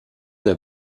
der